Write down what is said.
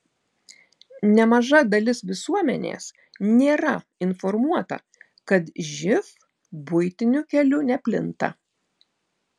nemaža dalis visuomenės nėra informuota kad živ buitiniu keliu neplinta